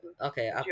okay